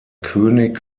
könig